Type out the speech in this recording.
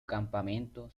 campamento